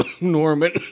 Norman